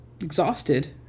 exhausted